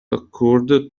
occurred